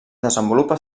desenvolupa